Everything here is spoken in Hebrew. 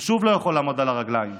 הוא לא יכול לעמוד על הרגליים.